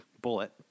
bullet